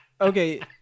okay